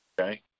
Okay